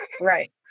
right